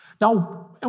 Now